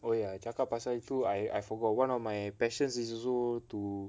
oh ya cakap pasal itu I forgot one of my passions is also to